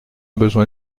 besoin